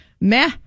Meh